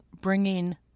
bringing